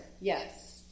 yes